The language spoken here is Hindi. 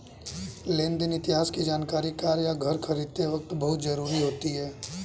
लेन देन इतिहास की जानकरी कार या घर खरीदते वक़्त बहुत जरुरी होती है